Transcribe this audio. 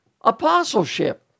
apostleship